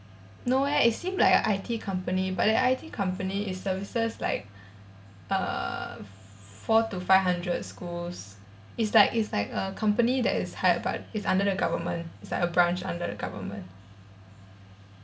no eh it seem like a I_T company but the I_T company it services like err four to five hundred schools it's like it's like a company that is hired by is under the government it's like a branch under the government